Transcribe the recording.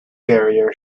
barrier